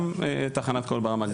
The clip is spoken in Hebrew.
גם תחנת קול ברמה,